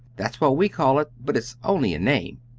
that's what we call it, but it's only a name.